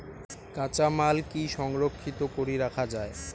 কাঁচামাল কি সংরক্ষিত করি রাখা যায়?